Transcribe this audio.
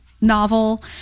Novel